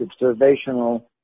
observational